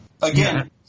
Again